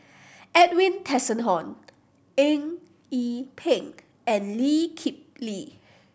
Edwin Tessensohn Eng Yee Peng and Lee Kip Lee